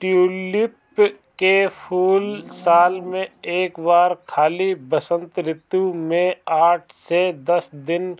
tulip के फूल साल में एक बार खाली वसंत ऋतू में आठ से दस दिन